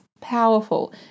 powerful